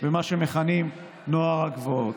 במה שמכנים נוער הגבעות.